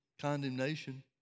condemnation